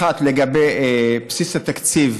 אחת לגבי בסיס התקציב,